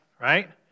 right